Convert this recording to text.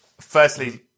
Firstly